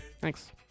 Thanks